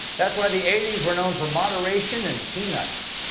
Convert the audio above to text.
that's why the eighty s were known for moderation and peanuts.